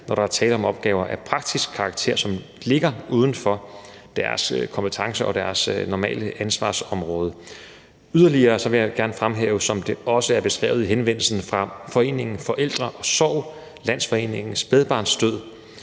når der er tale om opgaver af praktisk karakter, som ligger uden for deres kompetence og normale ansvarsområde. Yderligere vil jeg gerne fremhæve, som det også er beskrevet i henvendelsen fra Forældre & Sorg – Landsforeningen Spædbarnsdød,